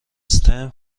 stem